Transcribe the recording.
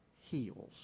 heals